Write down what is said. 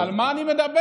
על מה אני מדבר?